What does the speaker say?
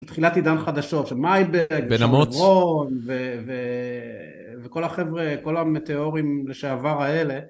תחילת עידן חדשו של מיילברג, בן אמוץ וכל החבר'ה, כל המטאורים לשעבר האלה.